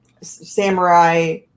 samurai